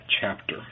chapter